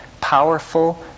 powerful